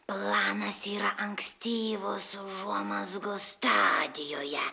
planas yra ankstyvos užuomazgos stadijoje